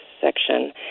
section